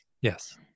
Yes